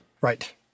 Right